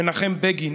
מנחם בגין,